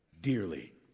Dearly